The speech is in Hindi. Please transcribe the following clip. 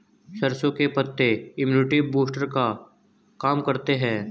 सरसों के पत्ते इम्युनिटी बूस्टर का काम करते है